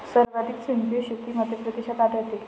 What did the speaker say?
सर्वाधिक सेंद्रिय शेती मध्यप्रदेशात आढळते